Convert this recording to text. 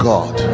God